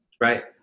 Right